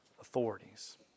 authorities